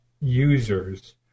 users